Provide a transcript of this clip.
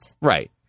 Right